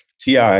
Ti